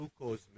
glucose